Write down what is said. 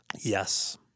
Yes